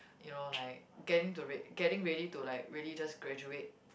you know like getting to read getting ready to like really just graduate